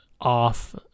off